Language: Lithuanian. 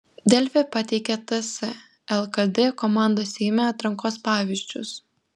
delfi pateikia ts lkd komandos seime atrankos pavyzdžius